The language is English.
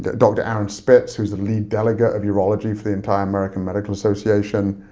dr. aaron spitz, who's the lead delegate of urology, for the entire american medical association.